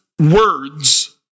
Words